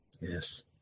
Yes